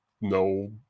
no